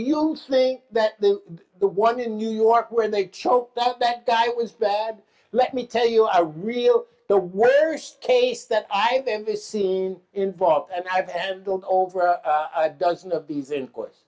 you think that the the one in new york where they choked that that guy was bad let me tell you a real the worst case that i've ever seen involved and i've handled over a dozen of these in course